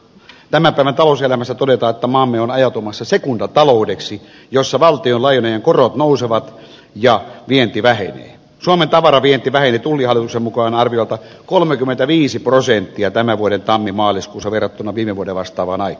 tämän päivän talouselämässä todetaan tamami on ajautumassa sekundataloudeksi jossa valtionlainojen korot nousevat ja vienti vähenee suomen tavaravienti väheni tullihallituksen mukaan arviolta kolmekymmentäviisi prosenttia tämän vuoden tammimaaliskuussa verrattuna viime vuoden vastavanai